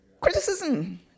Criticism